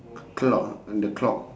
c~ clock on the clock